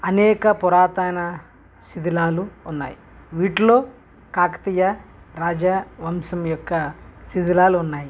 అనేక పురాతన శిథిలాలు ఉన్నాయి వీటిలో కాకతీయ రాజ వంశం యొక్క శిథిలాలు ఉన్నాయి